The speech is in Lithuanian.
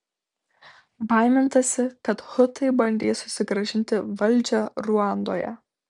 baimintasi kad hutai bandys susigrąžinti valdžią ruandoje